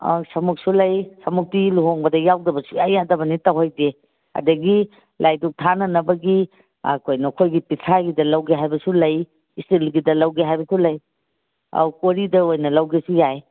ꯑꯧ ꯁꯃꯨꯛꯁꯨ ꯂꯩ ꯁꯃꯨꯛꯇꯤ ꯂꯨꯍꯣꯡꯕꯗ ꯌꯥꯎꯗꯕ ꯁꯨꯛꯌꯥ ꯌꯥꯗꯕꯅꯤ ꯇꯧꯍꯩꯗꯦ ꯑꯗꯒꯤ ꯂꯥꯏ ꯗꯨꯛ ꯊꯥꯅꯅꯕꯒꯤ ꯀꯩꯅꯣ ꯑꯩꯈꯣꯏꯒꯤ ꯄꯤꯊ꯭ꯔꯥꯏꯒꯤꯗ ꯂꯧꯒꯦ ꯍꯥꯏꯕꯁꯨ ꯂꯩ ꯏꯁꯇꯤꯜꯒꯤꯗ ꯂꯧꯒꯦ ꯍꯥꯏꯕꯁꯨ ꯂꯩ ꯑꯧ ꯀꯣꯔꯤꯗ ꯑꯣꯏꯅ ꯂꯩꯒꯦꯁꯨ ꯌꯥꯏ